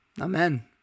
amen